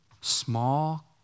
small